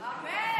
אמן.